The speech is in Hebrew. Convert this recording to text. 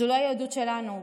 זו לא היהדות שלנו.